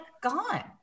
gone